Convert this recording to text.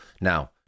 Now